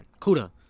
CUDA